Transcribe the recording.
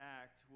act